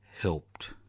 helped